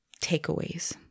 takeaways